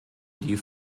die